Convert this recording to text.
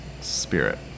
spirit